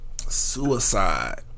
Suicide